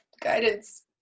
guidance